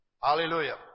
Hallelujah